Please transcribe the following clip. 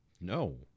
No